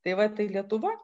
tai va tai lietuva